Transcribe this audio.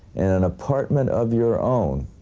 an apartment of your own.